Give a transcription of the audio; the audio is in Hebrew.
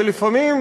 ולפעמים,